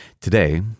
Today